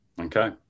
Okay